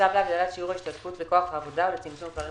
"צו להגדלת שיעור ההשתתפות בכוח העבודה ולצמצום פערים